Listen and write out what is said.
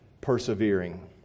persevering